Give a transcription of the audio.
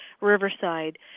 Riverside